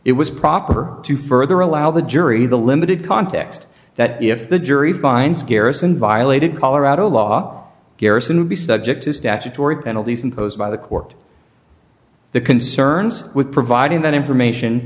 it was proper to further allow the jury the limited context that if the jury finds kerrison violated colorado law garrison would be subject to statutory penalties imposed by the court the concerns with providing that information